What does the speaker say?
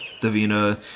Davina